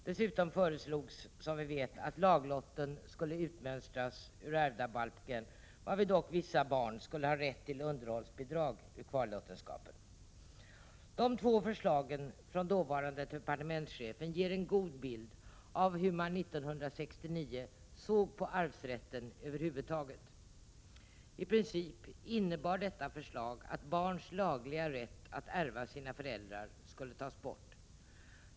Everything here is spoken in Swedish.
Dessutom föreslogs, som vi vet, att laglotten skulle utmönstras ur ärvdabalken, varvid dock vissa barn skulle ha rätt till underhållsbidrag ur kvarlåtenskapen. De två förslagen från dåvarande departementschefen ger en god bild av hur man 1969 såg på arvsrätten över huvud taget. I princip innebar detta förslag att barns lagliga rätt att ärva sina föräldrar skulle tas bort.